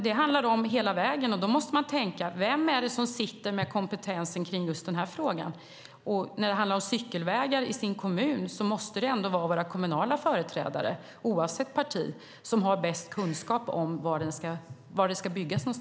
Det handlar om hela vägen, och då måste man tänka: Vem är det som sitter med kompetensen i just den här frågan? När det handlar om cykelvägar i den egna kommunen måste det vara våra kommunala företrädare, oavsett parti, som har bäst kunskap om var de ska byggas.